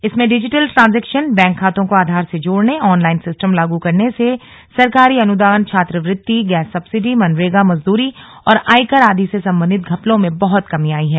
इससे digital transaction bank खातों को आधार से जोडने ऑनलाइन सिस्टम लागू करने से सरकारी अनुदान छात्रवृत्ति गैस सब्सिडी मनरेगा मजदूरी और आयकर आदि से सम्बन्धित घपलों में बहुत कमी आई है